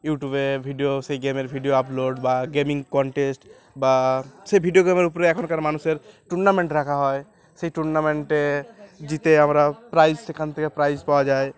ইউটিউবে ভিডিও সেই গেমের ভিডিও আপলোড বা গেমিং কন্টেস্ট বা সেই ভিডিও গেমের উপরে এখনকার মানুষের টুর্নামেন্ট রাখা হয় সেই টুর্নামেন্টে জিতে আমরা প্রাইজ সেখান থেকে প্রাইজ পাওয়া যায়